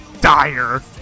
Dire